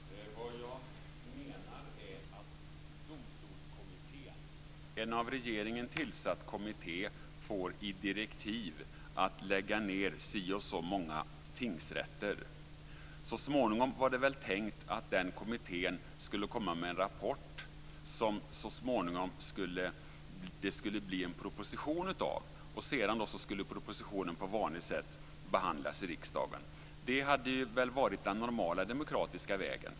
Herr talman! Vad jag menar är att Domstolskommittén, en av regeringen tillsatt kommitté, fick i direktiv att lägga ned si och så många tingsrätter. Så småningom, var det tänkt, skulle denna kommitté komma med en rapport som det senare skulle bli en proposition av, och sedan skulle propositionen på vanligt sätt behandlas i riksdagen. Det hade väl varit den normala demokratiska vägen.